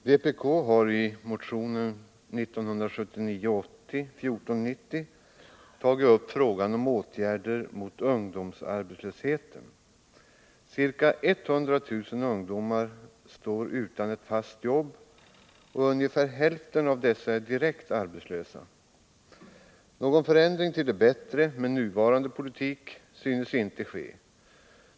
Herr talman! Vpk har i motionen 1979/80:1490 tagit upp frågan om åtgärder mot ungdomsarbetslösheten. Ca 100 000 ungdomar står utan ett fast jobb och ungefär hälften av dessa är direkt arbetslösa. Någon förändring till det bättre synes inte ske med nuvarande politik.